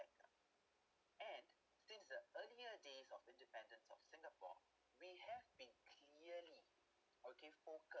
and since the early days of independence of singapore we have been clearly or give poker